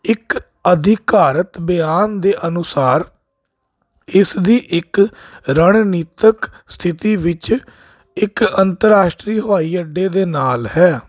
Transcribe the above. ਇੱਕ ਅਧਿਕਾਰਤ ਬਿਆਨ ਦੇ ਅਨੁਸਾਰ ਇਸ ਦੀ ਇੱਕ ਰਣਨੀਤਕ ਸਥਿਤੀ ਵਿੱਚ ਇੱਕ ਅੰਤਰਰਾਸ਼ਟਰੀ ਹਵਾਈ ਅੱਡੇ ਦੇ ਨਾਲ ਹੈ